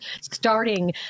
starting